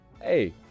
hey